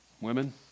Women